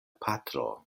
patro